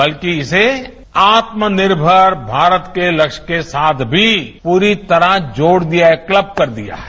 बल्कि इसे आत्मनिर्भर भारत के लक्ष्य के साथ भी पूरी तरह जोड़ दिया है क्लब कर दिया है